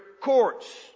courts